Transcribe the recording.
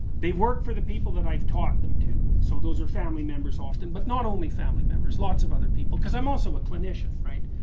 they work for the people that i've taught them to, so those are family members often, but not only family members, lots of other people because i'm also a clinician right?